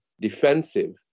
defensive